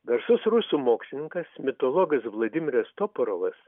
garsus rusų mokslininkas mitologas vladimiras toporovas